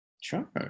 Sure